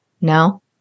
No